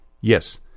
Yes